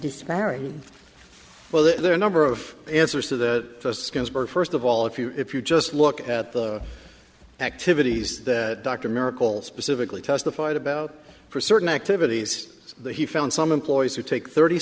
despairing well there are a number of answers to that scans were first of all if you if you just look at the activities that dr miracle specifically testified about for certain activities that he found some employees who take thirty